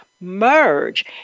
merge